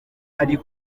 ari